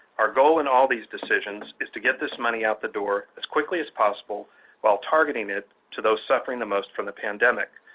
our goal in all these decisions is to get this money out the door as quickly as possible while targeting it to those suffering the most from the pandemic.